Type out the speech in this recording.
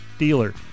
Dealer